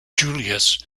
julius